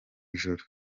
ijoro